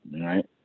right